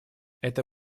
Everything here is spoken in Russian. это